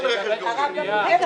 אז אין רכש גומלין.